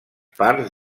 parts